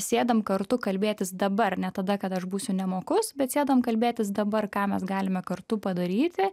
sėdam kartu kalbėtis dabar ne tada kada aš būsiu nemokus bet sėdam kalbėtis dabar ką mes galime kartu padaryti